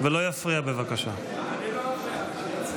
אדוני היושב-ראש,